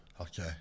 Okay